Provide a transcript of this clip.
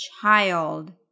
child